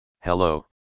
Hello